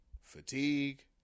fatigue